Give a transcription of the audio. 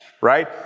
Right